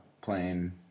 playing